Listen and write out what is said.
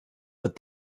but